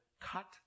cut